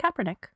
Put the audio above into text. Kaepernick